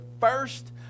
first